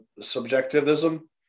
subjectivism